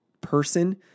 person